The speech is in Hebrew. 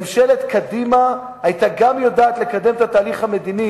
ממשלת קדימה היתה גם יודעת לקדם את התהליך המדיני